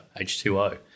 H2O